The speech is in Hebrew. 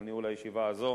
על ניהול הישיבה הזאת.